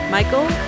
Michael